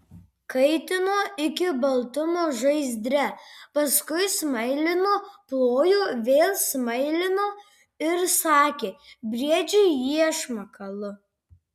kaitino iki baltumo žaizdre paskui smailino plojo vėl smailino ir sakė briedžiui iešmą kalu